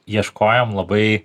ieškojom labai